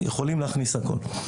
אז יכולים להכניס הכול.